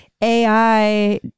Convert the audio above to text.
AI